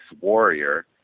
warrior